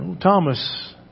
Thomas